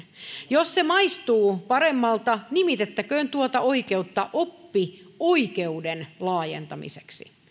jos se maistuu paremmalta nimitettäköön tuota oikeutta oppioikeuden laajentamiseksi